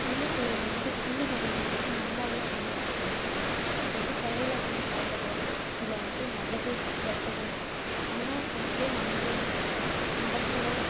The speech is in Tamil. சின்ன பிள்ளைலேர்ந்து சின்னப் பசங்களுக்கு நல்லாவே சொல்லி வளர்க்கணும் இப்போது வந்து கடையில் வாங்கி சாப்பிடுறோம் அதில் வந்துட்டு நல்லதும் இருக்குது கெட்டதும் இருக்குது ஆனால் இதுவே நம்ம நிலத்துல